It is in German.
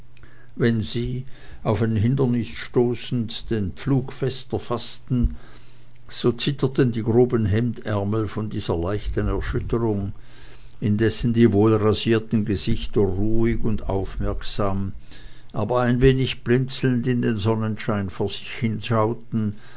wenn sie auf ein hindernis stoßend den pflug fester faßten so zitterten die groben hemdärmel von der leichten erschütterung indessen die wohlrasierten gesichter ruhig und aufmerksam aber ein wenig blinzelnd in den sonnenschein vor sich hinschauten